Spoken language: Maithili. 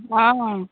हँ हँ